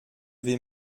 vais